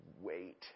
wait